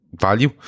value